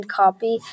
copy